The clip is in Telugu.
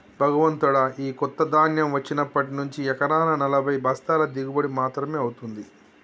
భగవంతుడా, ఈ కొత్త ధాన్యం వచ్చినప్పటి నుంచి ఎకరానా నలభై బస్తాల దిగుబడి మాత్రమే అవుతుంది